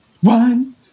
One